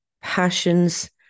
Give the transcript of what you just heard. passions